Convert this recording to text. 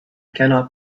cannot